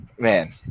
Man